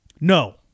No